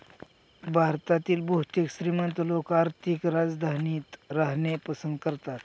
भारतातील बहुतेक श्रीमंत लोक आर्थिक राजधानीत राहणे पसंत करतात